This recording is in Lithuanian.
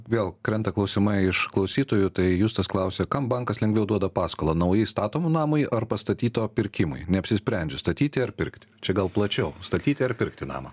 vėl krenta klausimai iš klausytojų tai justas klausia kam bankas lengviau duoda paskolą naujai statomam namui ar pastatyto pirkimui neapsisprendžiu statyti ar pirkti čia gal plačiau statyti ar pirkti namą